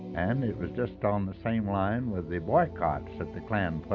and it was just on the same line with the boycotts that the klan